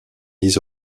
his